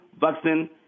vaccine